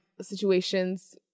situations